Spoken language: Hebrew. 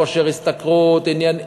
כושר השתכרות, עניינים,